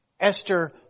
Esther